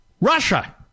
Russia